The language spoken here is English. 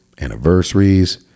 anniversaries